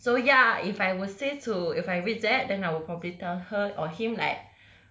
so ya if I will say to if I read that then I will probably tell her or him like